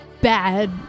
bad